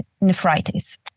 nephritis